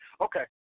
okay